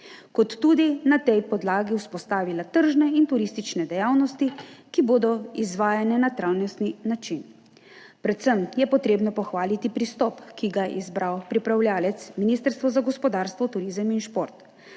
ter tudi na tej podlagi vzpostavila tržne in turistične dejavnosti, ki bodo izvajane na trajnostni način. Predvsem je treba pohvaliti pristop, ki ga je izbral pripravljavec Ministrstvo za gospodarstvo, turizem in šport.